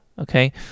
Okay